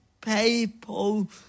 people